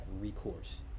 recourse